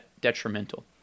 detrimental